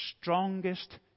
strongest